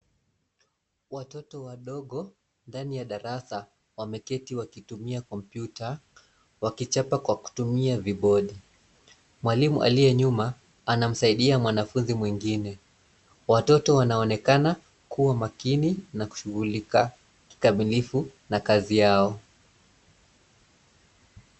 Watoto wadogo ndani ya darasa wameketi wakitumia kompyuta, wakichapa kwa kutumia vibodi. Mwalimu aliye nyuma, anamsaidia mwanafunzi mwengine. Watoto wanaonekana kua makini na kushughulika kikamilifu na kazi yao.